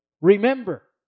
Remember